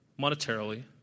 monetarily